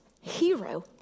hero